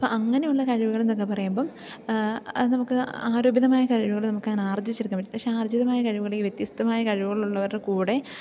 അപ്പം അങ്ങനെയുള്ള കഴിവുകളെന്നൊക്കെ പറയുമ്പം അതു നമുക്ക് ആരോപിതമായ കഴിവുകൾ നമുക്കങ്ങനെ ആർജ്ജിച്ചെടുക്കാൻ പറ്റും പക്ഷെ ആർജ്ജിതമായ കഴിവുകളിൽ വ്യത്യസ്തമായ കഴിവുകളുള്ളവരുടെ കൂടെ